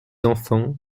enfants